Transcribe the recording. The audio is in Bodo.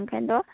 ओंखाइन्थ'